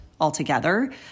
altogether